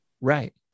right